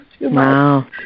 Wow